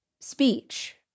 speech